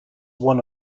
one